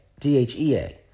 DHEA